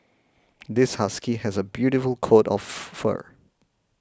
this husky has a beautiful coat of fur